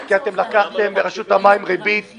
שמעתי אותך ארבע פעמים בישיבות האלה.